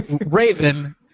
Raven